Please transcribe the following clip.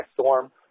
storm